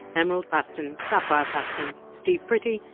emerald paston, sapphire paston, steve pretty,